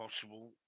possible